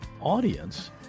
audience